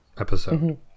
episode